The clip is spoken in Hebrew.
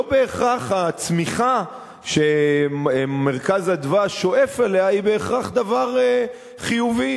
לא בהכרח הצמיחה ש"מרכז אדוה" שואף אליה היא דבר חיובי.